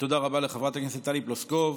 תודה רבה לחברת הכנסת טלי פלוסקוב.